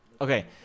Okay